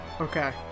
Okay